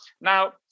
Now